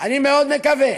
אני מאוד מקווה